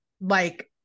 like-